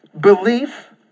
belief